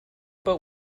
but